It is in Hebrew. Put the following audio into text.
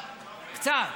קצת,